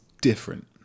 different